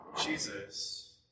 Jesus